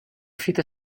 fita